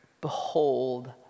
Behold